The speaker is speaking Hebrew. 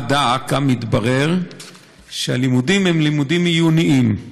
דא עקא, שמתברר שהלימודים הם עיוניים,